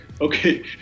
okay